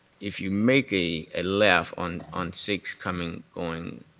if you make a a left on on sixth coming on